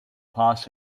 pass